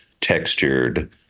textured